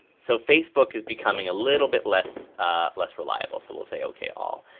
so facebook is becoming a little bit less ah less reliable so we'll say okay all.